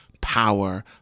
power